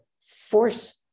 force